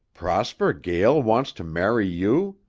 prosper gael wants to marry you?